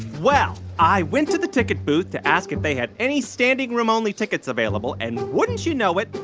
well, i went to the ticket booth to ask if they had any standing-room-only tickets available. and wouldn't you know it,